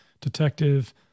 detective